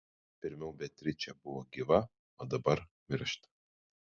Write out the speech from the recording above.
pirmiau beatričė buvo gyva o dabar miršta